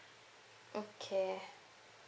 okay